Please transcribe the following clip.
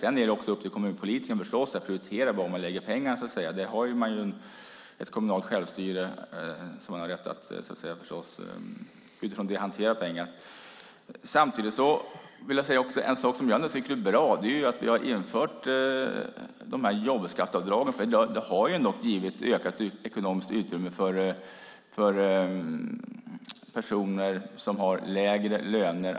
Det är förstås också upp till kommunpolitikerna att prioritera när de lägger pengarna. I enlighet med det kommunala självstyret har de naturligtvis rätt att hantera pengar. En sak som jag tycker är bra är att vi har infört jobbskatteavdragen. De har givit ökat ekonomiskt utrymme för personer som har lägre löner.